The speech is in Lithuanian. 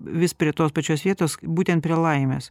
vis prie tos pačios vietos būtent prie laimės